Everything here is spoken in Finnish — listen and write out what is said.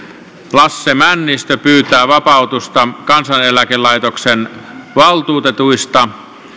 lasse männistö pyytää vapautusta kansaneläkelaitoksen valtuutetuista